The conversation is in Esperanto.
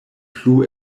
plu